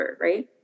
right